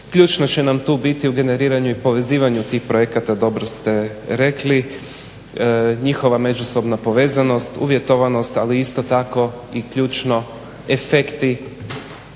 Ključno će nam tu biti u generiranju i povezivanju tih projekata, dobro ste rekli, njihova međusobna povezanost, uvjetovanost ali isto tako i ključno efekti